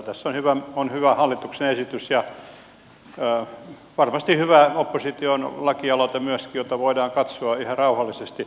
tässä on hyvä hallituksen esitys ja varmasti hyvä opposition lakialoite myöskin jota voidaan katsoa ihan rauhallisesti